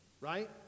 right